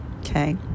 Okay